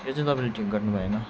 यो चाहिँ तपाईँले ठिक गर्नुभएन